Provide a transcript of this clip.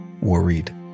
worried